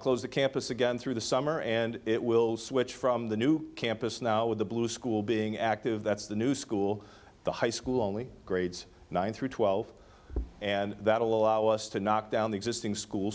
close to campus again through the summer and it will switch from the new campus now with the blue school being active that's the new school the high school only grades nine through twelve and that allow us to knock down the existing school